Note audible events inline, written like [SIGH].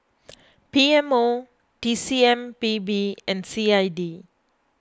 [NOISE] P M O T C M P B and C I D